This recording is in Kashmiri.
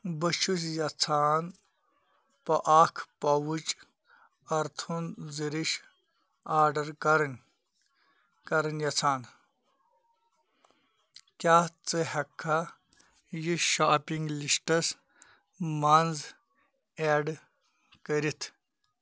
بہٕ چھُس یَژھان بہٕ اَکھ پَوُچ أرتھٕن زِرِش آرڈر کَرٕنۍ کَرٕنۍ یژھان کیٛاہ ژٕ ہٮ۪کٕکھا یہِ شاپنٛگ لِسٹَس منٛز ایٚڈ کٔرِتھ